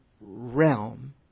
realm